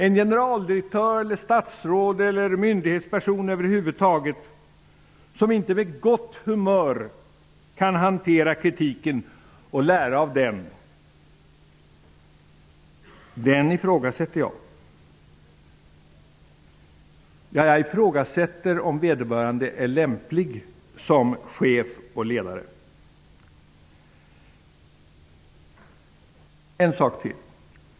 En generaldirektör, ett statsråd eller en myndighetsperson över huvud taget som inte med gott humör kan hantera kritiken och lära av den ifrågasätter jag. Jag ifrågasätter om vederbörande är lämplig som chef och ledare. En sak till.